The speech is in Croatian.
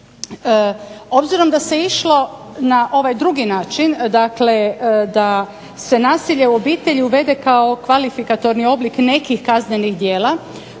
Obzirom da se išlo na ovaj drugi način, dakle da se nasilje u obitelji uvede kao kvalifikatorni oblik nekih kaznenih djela